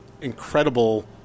incredible